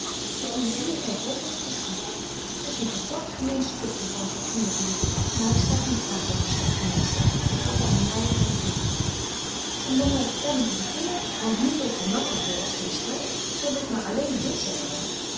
dat die zuurkyk weg is is goed t is een verdort gemeen stukje voor een fatsoenelyke juffrouw maar ik schryf niet graag over slegte menschen ik word dan maar nydig en bedroeft om dan myn vertelling te beginnen want nu weet gy nog zo veel als gisteren zo dat ik maar alleen dit zeggen wou